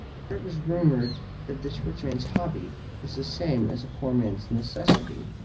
for it was rumoured that this rich man's hobby was the same as a poor man's necessity,